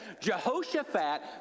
Jehoshaphat